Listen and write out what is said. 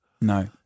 No